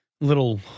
little